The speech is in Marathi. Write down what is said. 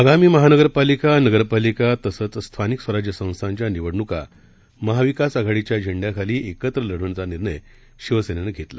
आगामीमहानगरपालिका नगरपालिका तसंचस्थानिकस्वराज्यसंस्थांच्यानिवडणुकामहाविकासआघाडीच्याझेंड्याखालीएकत्रलढवण्याचानिर्णयशिवसेनेनं कालघेतला